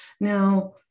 Now